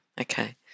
Okay